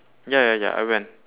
ya ya ya I went